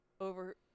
over